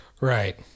Right